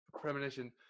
premonition